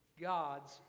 God's